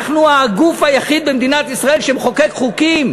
אנחנו הגוף היחיד במדינת ישראל שמחוקק חוקים.